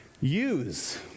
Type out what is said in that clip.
use